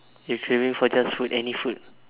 you craving for just food any food